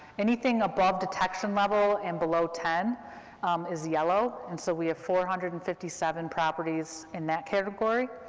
anything above detection level and below ten is yellow, and so we have four hundred and fifty seven properties in that category.